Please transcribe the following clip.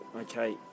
okay